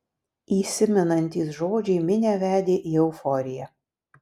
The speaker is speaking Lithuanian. įsimenantys žodžiai minią vedė į euforiją